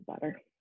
better